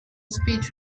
speech